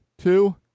two